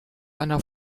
einer